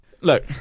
Look